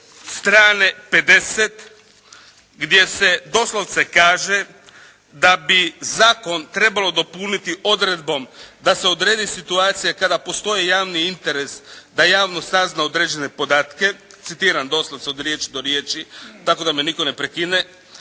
strane 50 gdje se doslovce kaže da bi zakon trebalo dopuniti odredbom da se odredi situacija kada postoji javni interes da javnost sazna određene podatke, citiram doslovce od riječi do riječi tako da me nitko ne prekine,